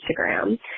Instagram